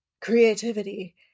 creativity